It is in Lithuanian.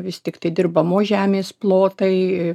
vis tiktai dirbamos žemės plotai